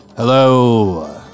Hello